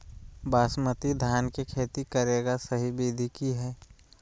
बासमती धान के खेती करेगा सही विधि की हय?